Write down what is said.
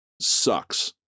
sucks